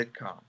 sitcom